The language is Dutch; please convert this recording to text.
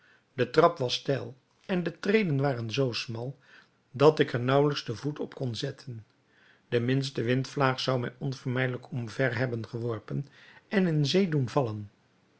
de trap was steil en de treden waren zoo smal dat ik er naauwelijks den voet op kon zetten de minste windvlaag zou mij onvermijdelijk omver hebben geworpen en in zee doen vallen